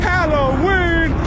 Halloween